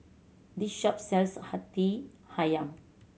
this shop sells Hati Ayam